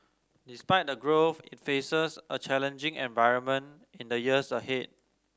despite the growth it faces a challenging environment in the years ahead